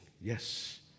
yes